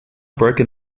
broken